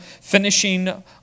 finishing